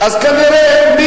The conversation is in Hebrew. "וגם זנב קטן".